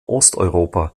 osteuropa